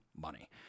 money